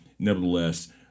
Nevertheless